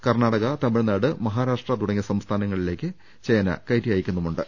Karnataka Tamil Nadu Maharashtra തുടങ്ങിയ സംസ്ഥാനങ്ങളിലേക്ക് ചേന കയറ്റി അയ ക്കുന്നുമുണ്ട്